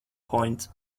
point